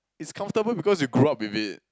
it's comfortable because you grow up with it